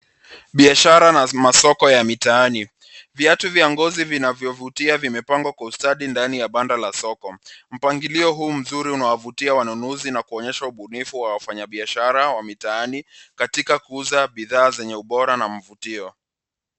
Biashara na masoko ya mitaani. Viatu vya ngozi vinavyovutia vimepangwa kwa ustadi ndani ya banda la soko. Mpangilio huu mzuri unawavutia wanunuzi na kuonyesha ubunifu wa wafanyi biashara wa mitaani katika kuuza bidhaa zenye ubora na mvutio.